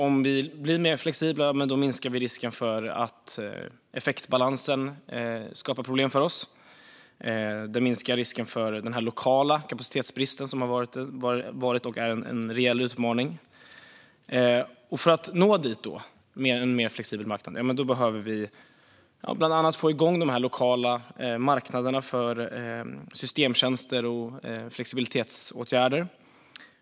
Om vi blir mer flexibla minskar vi risken för att effektbalansen skapar problem för oss. Det minskar risken för den lokala kapacitetsbrist som har varit och är en reell utmaning. För att nå en mer flexibel marknad behöver vi bland annat få igång de lokala marknaderna för systemtjänster och flexibilitetsåtgärder.